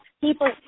people